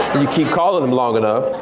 you keep calling him long enough.